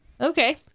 okay